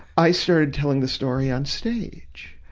i started telling the story on stage,